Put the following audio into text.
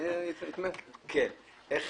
איך